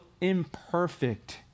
imperfect